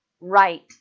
right